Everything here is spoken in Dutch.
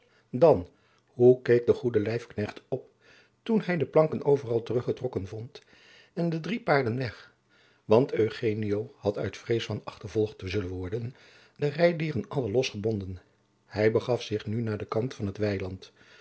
dan hoe keek de goede lijfknecht op toen hij de planken overal terug getrokken vond en de drie paarden weg want eugenio had uit vrees van achtervolgd te zullen worden de rijdieren alle losgebonden hij begaf zich nu naar den kant van het weiland